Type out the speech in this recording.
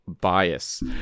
bias